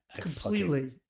Completely